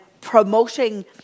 promoting